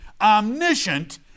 omniscient